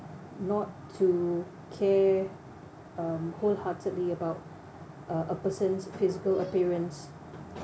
not to care um wholeheartedly about uh a person's physical appearance